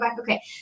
Okay